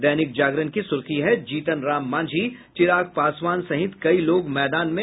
दैनिक जागरण की सुर्खी है जीतनराम मांझी चिराग पासवान सहित कई लोग मैदान में